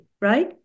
right